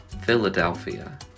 Philadelphia